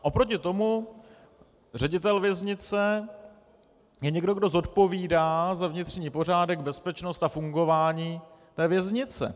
Oproti tomu ředitel věznice je někdo, kdo zodpovídá za vnitřní pořádek, bezpečnost a fungování té věznice.